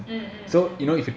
mm mm mm